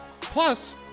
Plus